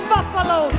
Buffalo